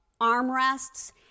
armrests